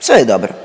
sve je dobro,